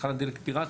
תחנת דלק פירטית,